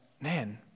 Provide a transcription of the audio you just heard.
man